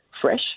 fresh